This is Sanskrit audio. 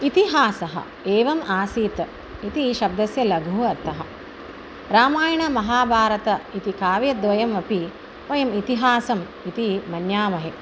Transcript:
इतिहासः एवम् आसीत् इति शब्दस्य लघु अर्थः रामायणमहाभारतमिति काव्यद्वयमपि वयम् इतिहासम् इति मन्यामहे